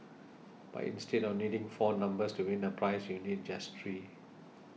but instead of needing four numbers to win a prize you need just three